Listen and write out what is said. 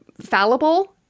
fallible—